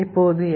இப்போது எல்